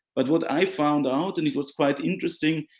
but what i found out, and it was quite interesting,